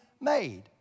made